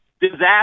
disaster